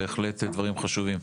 בהחלט דברים חשובים.